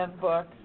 book